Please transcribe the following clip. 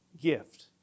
gift